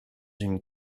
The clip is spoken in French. une